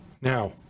Now